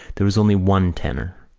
there was only one tenor.